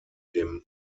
dem